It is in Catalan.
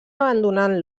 abandonant